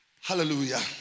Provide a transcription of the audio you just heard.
Hallelujah